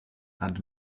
and